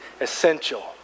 essential